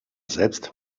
selbst